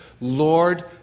Lord